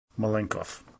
Malenkov